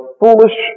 foolish